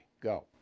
Go